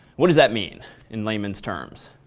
what is that mean in layman's terms?